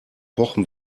pochen